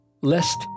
lest